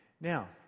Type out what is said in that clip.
Now